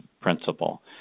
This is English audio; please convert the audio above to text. principle